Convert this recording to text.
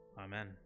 Amen